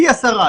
פי עשרה,